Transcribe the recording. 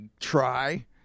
try